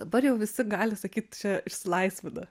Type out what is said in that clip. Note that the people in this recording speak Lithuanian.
dabar jau visi gali sakyt išsilaisvina